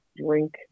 drink